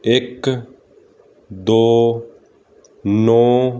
ਇੱਕ ਦੋ ਨੌਂ